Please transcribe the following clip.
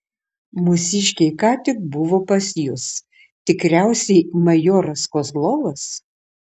mūsiškiai ką tik buvo pas jus tikriausiai majoras kozlovas